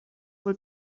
wohl